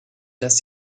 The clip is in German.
dass